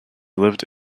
lived